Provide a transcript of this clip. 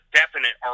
definite